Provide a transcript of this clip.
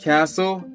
Castle